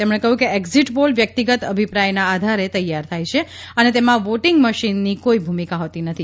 તેમણે કહ્યું કે અક્ઝિટ પોલ વ્યક્તિગત અભિપ્રાયના આધારે તૈયાર થાય છે અને તેમાં વોટિંગ મશીનની કોઇ ભૂમિકા હોતી નથી